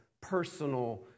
personal